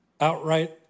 outright